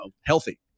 healthy